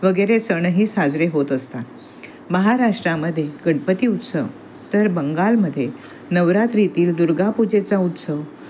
वगैरे सणही साजरे होत असतात महाराष्ट्रामध्ये गणपती उत्सव तर बंगालमध्ये नवरात्रीतील दुर्गापूजेचा उत्सव